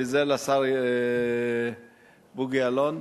וזה לשר בוגי יעלון,